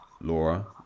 Laura